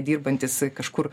dirbantys kažkur